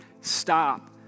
stop